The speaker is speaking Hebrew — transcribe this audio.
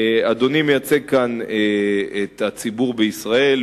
אדוני מייצג כאן את הציבור בישראל,